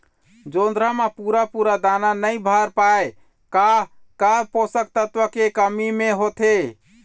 जोंधरा म पूरा पूरा दाना नई भर पाए का का पोषक तत्व के कमी मे होथे?